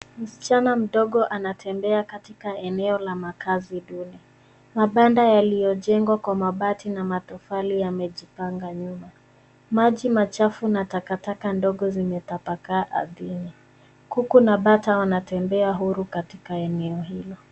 Msichana mdogo anatembea katika eneo la makazi duni. Mabanda yaliyojengwa kwa mabati na matofali yamejipanga nyuma. Maji machafu na takataka ndogo zimetapakaa ardhini. Kuku na bata wanatembea huru katika eneo hilo.